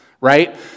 right